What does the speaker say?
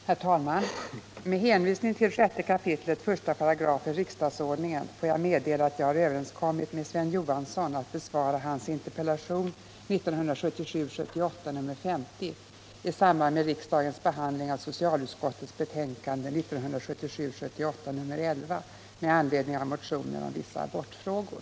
Herr talman! Med hänvisning till 6 kap. 1 § riksdagsordningen får jag meddela att jag har överenskommit med Sven Johansson att besvara hans interpellation 1977 78:11 med anledning av motioner om vissa abortfrågor.